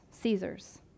Caesar's